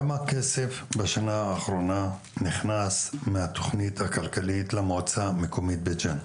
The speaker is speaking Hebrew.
כמה כסף בשנה האחרונה נכנס מהתכנית הכלכלית למועצה המקומית בית ג'אן?